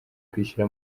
kwishyura